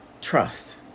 Trust